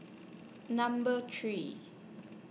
Number three